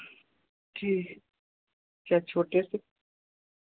जी अच्छा छोटे से